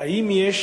האם יש